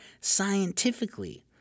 scientifically